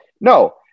No